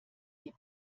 die